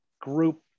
group